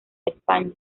españa